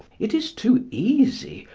it is too easy,